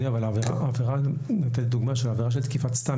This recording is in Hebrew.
אני רוצה לתת דוגמה של עבירה של תקיפת סתם,